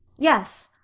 yes.